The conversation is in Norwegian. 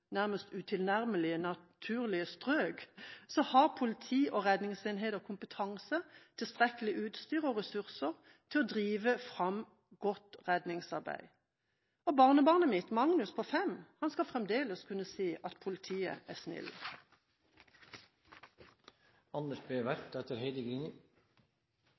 nærmest utilnærmelige strøk i naturen, har politi og redningsenheter kompetanse, tilstrekkelig utstyr og ressurser til å drive godt redningsarbeid. Barnebarnet mitt, Magnus på fem, skal fremdeles kunne si at politiet er